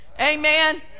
Amen